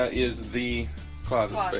ah is the closet